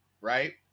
right